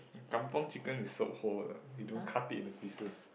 kampung chicken is so whole ah you don't cut it into pieces